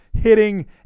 hitting